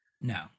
No